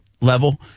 level